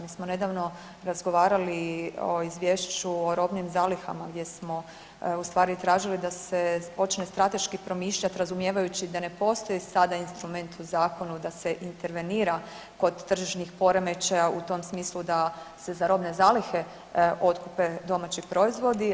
Mi smo nedavno razgovarali i o Izvješću o robnim zalihama gdje smo u stvari tražili da se počne strateški promišljati razumijevajući da ne postoji sada instrument u zakonu da se intervenira kod tržišnih poremećaja u tom smislu da se za robne zalihe otkupe domaći proizvodi.